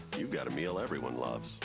you've got a meal everyone loves.